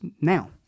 now